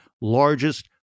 largest